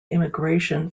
immigration